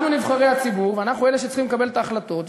אנחנו נבחרי הציבור ואנחנו אלה שצריכים לקבל את ההחלטות.